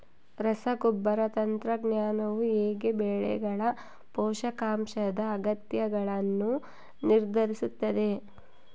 ರಸಗೊಬ್ಬರ ತಂತ್ರಜ್ಞಾನವು ಹೇಗೆ ಬೆಳೆಗಳ ಪೋಷಕಾಂಶದ ಅಗತ್ಯಗಳನ್ನು ನಿರ್ಧರಿಸುತ್ತದೆ?